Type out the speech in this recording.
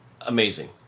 amazing